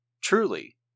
Truly